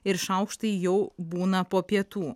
ir šaukštai jau būna po pietų